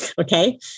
Okay